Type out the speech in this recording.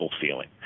feeling